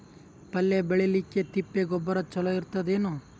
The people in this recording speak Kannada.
ಪಲ್ಯ ಬೇಳಿಲಿಕ್ಕೆ ತಿಪ್ಪಿ ಗೊಬ್ಬರ ಚಲೋ ಇರತದೇನು?